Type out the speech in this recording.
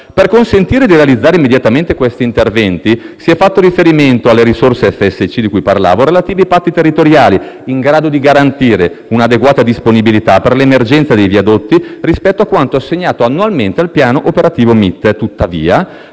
Per consentire di realizzare immediatamente questi interventi, si è fatto riferimento alle risorse FSC relative ai patti territoriali in grado di garantire un'adeguata disponibilità per l'emergenza dei viadotti rispetto a quanto assegnato annualmente al piano operativo MIT. Tuttavia,